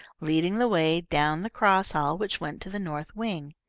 leading the way down the cross hall which went to the north wing.